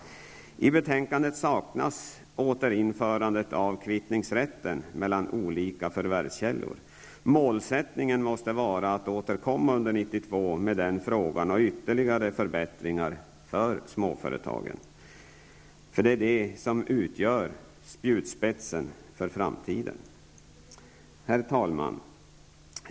I betänkandet saknas återinförandet av rätten till kvittning mellan olika förvärvskällor. Målsättningen måste vara att återkomma under 1992 i den frågan och med ytterligare förbättringar för småföretagen. Det är de som utgör spjutspetsen för framtiden. Herr talman!